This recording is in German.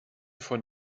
von